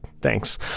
thanks